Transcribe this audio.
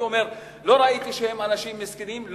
לא ראיתי שהם אנשים מסכנים,